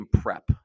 prep